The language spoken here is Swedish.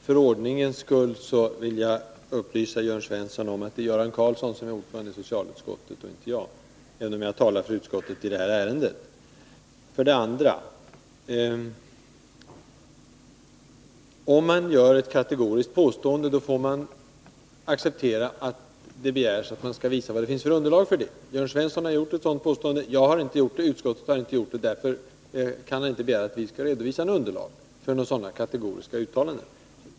Herr talman! För det första vill jag för ordningens skull upplysa Jörn Svensson om att det är Göran Karlsson som är ordförande i socialutskottet och inte jag, även om jag talar för utskottet i det här ärendet. För det andra vill jag säga att om man gör ett kategoriskt påstående så får man acceptera att det begärs att man skall visa vad det finns för underlag för det. Jörn Svensson har gjort ett sådant påstående. Jag har inte gjort det, och utskottet har inte gjort det. Därför kan det inte begäras att vi skall redovisa något underlag för sådana kategoriska uttalanden.